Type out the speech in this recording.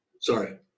Sorry